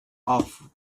off